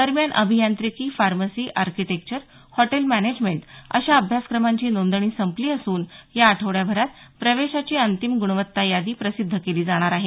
दरम्यान अभियांत्रिकी pharmacy architecture hotel management अशा अभ्यासक्रमांची नोंदणी संपली असून या आठवड्याभरात प्रवेशाची अंतिम ग्रणवत्ता यादी प्रसिध्द केली जाणार आहे